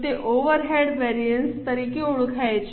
તેઓ overhead variance તરીકે ઓળખાય છે